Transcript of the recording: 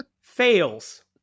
Fails